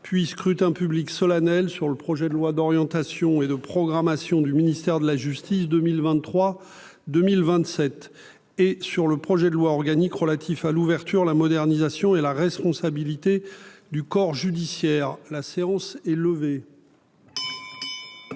puis scrutin public solennel sur le projet de loi d'orientation et de programmation du ministère de la justice 2023 2027 et sur le projet de loi organique relatif à l'ouverture, la modernisation et la responsabilité du corps judiciaire, la séance est levée.